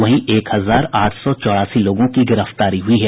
वहीं एक हजार आठ सौ चौरासी लोगों की गिरफ्तारी हुई हैं